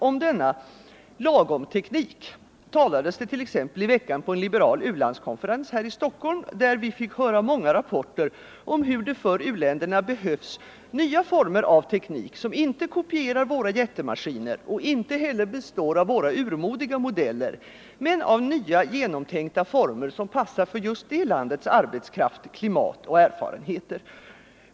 Om denna lagom-teknik talades det i veckan på en liberal u-landskonferens här i Stockholm, där vi fick ta del av många rapporter om hur det för u-länderna behövs nya former av teknik som inte kopierar våra jättemaskiner och inte heller består av våra urmodiga modeller, utan av nya genomtänkta former som passar just för det landets arbetskraft, klimat och erfarenhet.